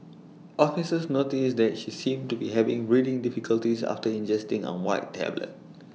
officers noticed that she seemed to be having breathing difficulties after ingesting A white tablet